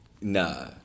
Nah